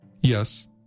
Yes